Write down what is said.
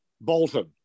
Bolton